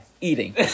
Eating